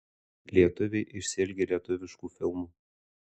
lietuviai išsiilgę lietuviškų filmų